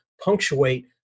punctuate